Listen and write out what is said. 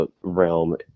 realm